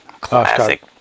Classic